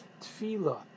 tefillah